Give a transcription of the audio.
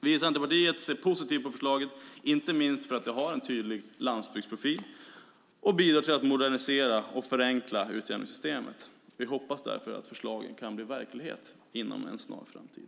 Vi i Centerpartiet ser positivt på förslaget, inte minst för att det har en tydlig landsbygdsprofil och bidrar till att modernisera och förenkla utjämningssystemet. Vi hoppas därför att förslagen kan bli verklighet inom en snar framtid.